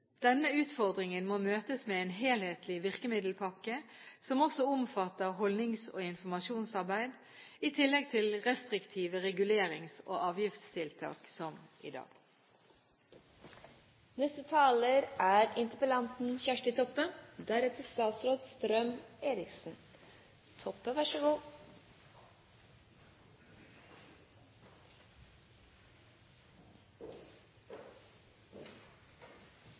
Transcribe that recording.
Denne utfordringen må møtes med en helhetlig virkemiddelpakke, som også omfatter holdnings- og informasjonsarbeid i tillegg til restriktive regulerings- og avgiftstiltak som i dag. Først vil eg takka statsråden for svaret. Eg er